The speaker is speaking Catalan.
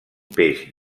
peix